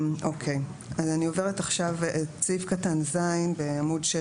אני עוברת עכשיו לסעיף קטן 5(ז) בעמוד 6,